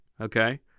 Okay